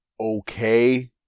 okay